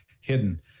hidden